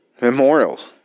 memorials